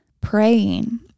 praying